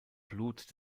blut